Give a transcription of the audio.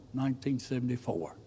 1974